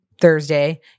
thursday